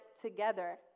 together